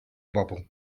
bobol